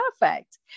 perfect